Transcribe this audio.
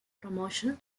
promotion